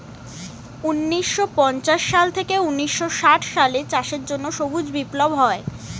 ঊন্নিশো পঞ্চাশ সাল থেকে ঊন্নিশো ষাট সালে চাষের জন্য সবুজ বিপ্লব হয়